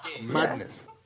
Madness